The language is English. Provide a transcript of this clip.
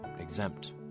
exempt